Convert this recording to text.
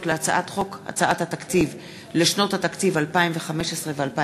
להצעת חוק התקציב לשנות התקציב 2015 ו-2016,